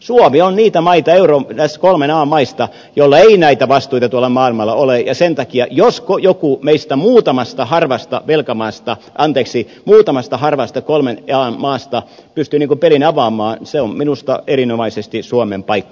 suomi on niitä maita näistä kolmen an maista joilla ei näitä vastuita tuolla maailmalla ole ja sen takia josko joku meistä muutamasta harvasta kolmen an maasta pystyy pelin avaamaan se on minusta erinomaisesti suomen paikka